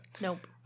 Nope